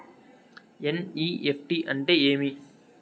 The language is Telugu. ఎన్.ఇ.ఎఫ్.టి అంటే ఏమి